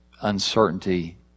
uncertainty